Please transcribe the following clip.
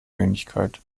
wenigkeit